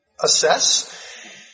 Assess